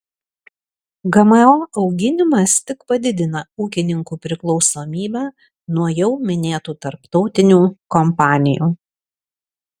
gmo auginimas tik padidina ūkininkų priklausomybę nuo jau minėtų tarptautinių kompanijų